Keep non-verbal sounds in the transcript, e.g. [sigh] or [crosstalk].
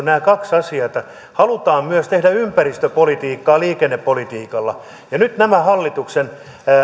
[unintelligible] nämä kaksi asiaa halutaan myös tehdä ympäristöpolitiikkaa liikennepolitiikalla ja nyt nämä hallituksen